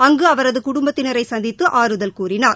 அங்கு அவரது குடும்பத்தினரை சந்தித்து ஆறுதல் கூறினார்